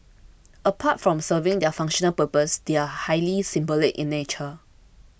apart from serving their functional purpose they are highly symbolic in nature